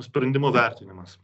sprendimo vertinimas